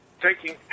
taking